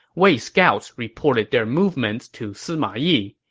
wei scouts reported their movements to sima yi.